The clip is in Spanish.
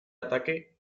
ataque